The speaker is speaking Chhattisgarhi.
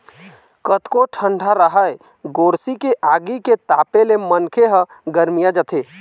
कतको ठंडा राहय गोरसी के आगी के तापे ले मनखे ह गरमिया जाथे